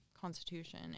constitution